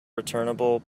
returnable